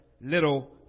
little